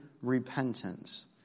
repentance